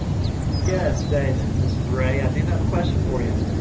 yes, david. this is ray i did have a question for you.